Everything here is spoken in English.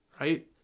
right